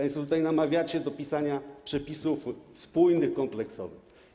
Państwo tutaj namawiacie do pisania przepisów spójnych, kompleksowych.